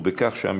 וכן,